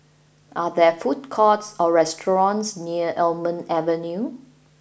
are there food courts or restaurants near Almond Avenue